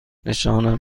نشانم